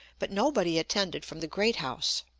but nobody attended from the great house.